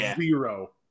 Zero